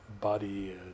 body